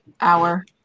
hour